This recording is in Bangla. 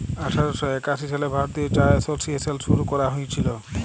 আঠার শ একাশি সালে ভারতীয় চা এসোসিয়েশল শুরু ক্যরা হঁইয়েছিল